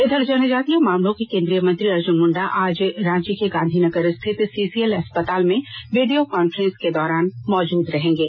इधर जनजातीय मामलों के केंद्रीय मंत्री अर्जुन मुंडा आज रांची के गांधीनगर स्थित सीसीएल अस्पताल में वीडियो कॉन्फ्रेंसिंग के दौरान मौजूद रहेगे